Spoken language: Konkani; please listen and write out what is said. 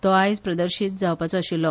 तो आयज प्रदर्शित जावपाचो आशिल्लो